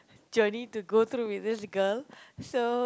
journey to go through with this girl so